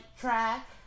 track